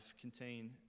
contain